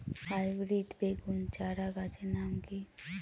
Hybrid বেগুন চারাগাছের নাম কি?